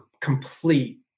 complete